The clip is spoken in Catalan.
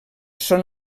són